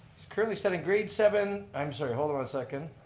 he's currently studying grade seven i'm sorry, hold on a second.